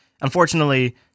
Unfortunately